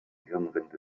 hirnrinde